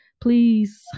Please